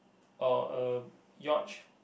or a yatch